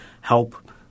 help